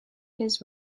his